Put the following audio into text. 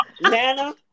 Nana